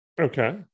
Okay